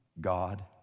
God